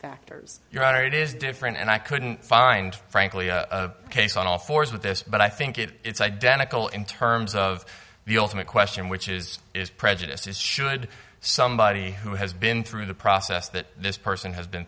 factors your honor it is different and i couldn't find frankly a case on all fours with this but i think it's identical in terms of the ultimate question which is is prejudiced is should somebody who has been through the process that this person has been